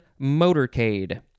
motorcade